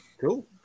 cool